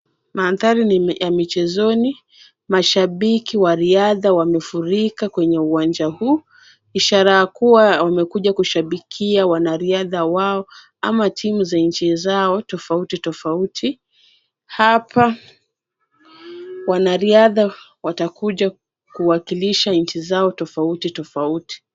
Mandhari ni ya michezoni mashabiki wa riadha wamefurika kwenye uwanja huu, ishara ya kua wamekuja kushabikia wanariadha wao ama timu za nchi zao tofauti tofauti. Hapa wanariadha watakuja kuwakilisha nchi zao tofauti tofauti.